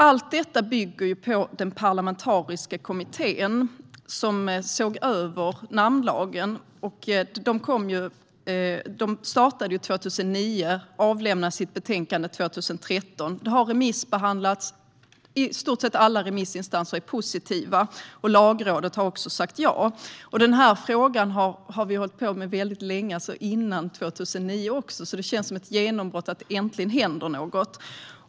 Allt detta bygger på arbetet i den parlamentariska kommitté som såg över namnlagen och som startade sitt arbete 2009 och avlämnade sitt betänkande 2013. Betänkandet har remissbehandlats, och i stort sett alla remissinstanser är positiva. Även Lagrådet har sagt ja. Denna fråga har vi arbetat med mycket länge, även före 2009. Det känns därför som ett genombrott att det äntligen händer något.